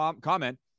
comment